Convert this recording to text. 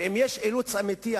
ואם היה אילוץ אמיתי,